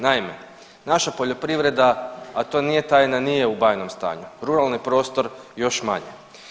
Naime, naša poljoprivreda, a to nije tajna, nije u bajnom stanju, ruralni prostor još manje.